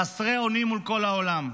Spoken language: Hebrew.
חסרי אונים מול כל העולם.